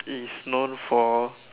is known for